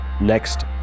next